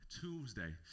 Tuesday